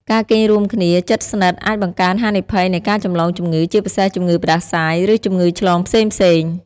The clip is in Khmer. ការគេងរួមគ្នាជិតស្និទ្ធអាចបង្កើនហានិភ័យនៃការចម្លងជំងឺ ជាពិសេសជំងឺផ្តាសាយ ឬជំងឺឆ្លងផ្សេងៗ។